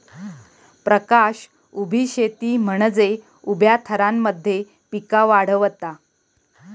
प्रकाश उभी शेती म्हनजे उभ्या थरांमध्ये पिका वाढवता